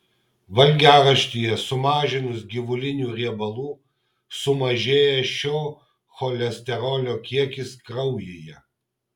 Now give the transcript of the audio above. valgiaraštyje sumažinus gyvulinių riebalų sumažėja šio cholesterolio kiekis kraujyje